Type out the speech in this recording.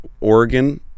Oregon